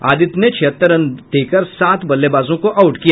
आदित्य ने छिहत्तर रन देकर सात बल्लेबाजों को आउट किया